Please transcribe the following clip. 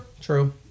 true